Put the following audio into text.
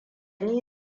ni